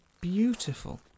Beautiful